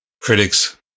critics